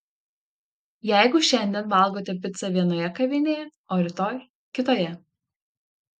jeigu šiandien valgote picą vienoje kavinėje o rytoj kitoje